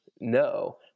No